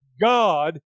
God